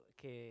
che